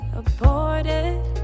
aborted